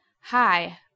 Hi